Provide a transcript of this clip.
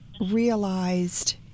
realized